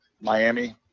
Miami